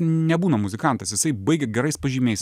nebūna muzikantas jisai baigia gerais pažymiais